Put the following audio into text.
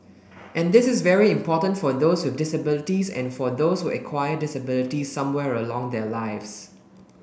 and this is very important for those with disabilities and for those who acquire disabilities somewhere along their lives